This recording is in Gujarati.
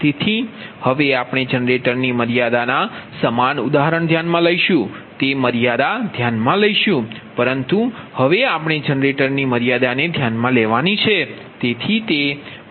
તેથી હવે આપણે જનરેટરની મર્યાદા ના સમાન ઉદાહરણ ધ્યાનમાં લઈશું તે મર્યાદા ધ્યાનમાં લઈશું પરંતુ હવે આપણે જનરેટરની મર્યાદાને ધ્યાનમાં લઈશું